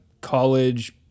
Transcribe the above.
college